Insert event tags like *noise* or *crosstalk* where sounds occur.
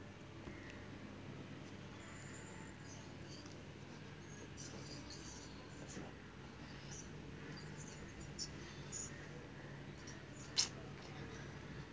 *noise*